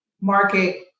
market